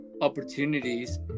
opportunities